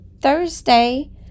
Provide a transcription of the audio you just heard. Thursday